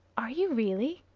are you really?